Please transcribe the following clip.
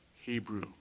Hebrew